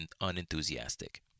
unenthusiastic